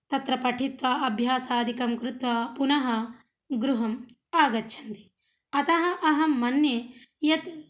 तत्र पठित्वा अभ्यासादिकं कृत्वा पुनः गृहम् आगच्छन्ति अतः अहं मन्ये यत्